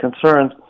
concerns